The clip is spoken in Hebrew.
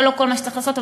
זה לא כל מה שצריך לעשות,